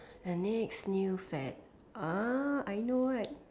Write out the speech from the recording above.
the next new fad ah I know what